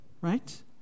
right